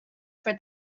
for